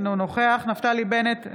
אינו נוכח נפתלי בנט,